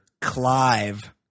Clive